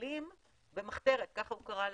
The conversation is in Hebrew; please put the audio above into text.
שמטופלים במחתרת, ככה הוא קרא לזה,